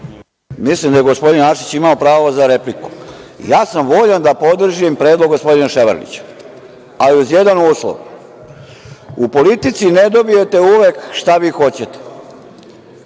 Mislim da je gospodin Arsić imao pravo za repliku. Ja sam voljan da podržim predlog gospodina Ševarlića, ali uz jedan uslov. U politici ne dobijete šta vi hoćete.